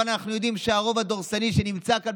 אבל אנחנו יודעים שהרוב הדורסני שנמצא כאן